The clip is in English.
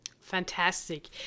Fantastic